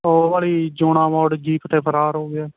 ਉਹ ਵਾਲੀ ਜਿਊਣਾਂ ਮੋੜ ਜੀਪ 'ਤੇ ਫਰਾਰ ਹੋ ਗਿਆ